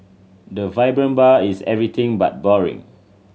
the vibrant bar is everything but boring